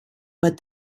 but